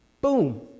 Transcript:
Boom